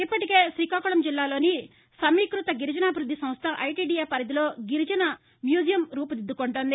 ఇప్పటికే శ్రీకాకుళం జిల్లాలోని సమీకృత గిరిజనాభివృద్ది సంస్థ ఐటీడిఏ పరిధిలో గిరిజన మ్యూజియం రూపుదిద్దుకొంటోంది